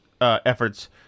efforts